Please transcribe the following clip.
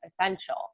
essential